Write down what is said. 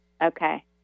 Okay